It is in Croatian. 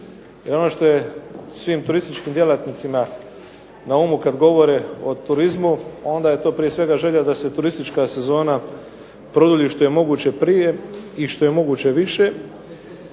I ono što je svim turističkim djelatnicima na umu kad govore o turizmu onda je to prije svega želja da se turistička sezona produlji što je moguće prije i što je moguće više,